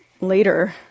later